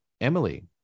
Emily